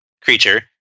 creature